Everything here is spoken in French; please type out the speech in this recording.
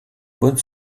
bonne